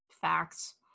facts